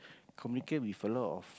communicate with a lot of